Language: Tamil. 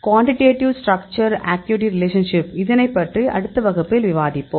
குவாண்டிடேட்டிவ் ஸ்ட்ரக்சர் ஆக்டிவிட்டி ரிலேஷன்ஷிப் இதனைப்பற்றி அடுத்த வகுப்பில் விவாதிப்போம்